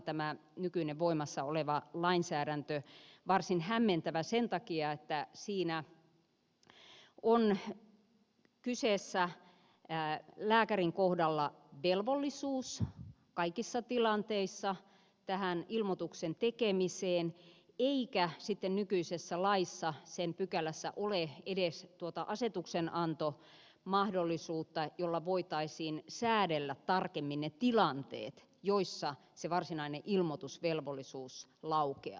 tämä nykyinen voimassa oleva lainsäädäntö on todellakin ollut lääkärikunnan kannalta varsin hämmentävä sen takia että siinä on kyseessä lääkärin kohdalla velvollisuus kaikissa tilanteissa tähän ilmoituksen tekemiseen eikä sitten nykyisessä laissa sen pykälässä ole edes tuota asetuksenantomahdollisuutta jolla voitaisiin säädellä tarkemmin ne tilanteet joissa se varsinainen ilmoitusvelvollisuus laukeaa